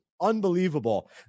unbelievable